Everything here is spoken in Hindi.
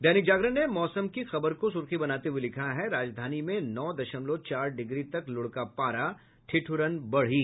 दैनिक जागरण ने मौसम की खबर को सुर्खी बनाते हुए लिखा है राजधानी में नौ दशमलव चार डिग्री तक लुढ़का पारा ठिठ्रन बढ़ी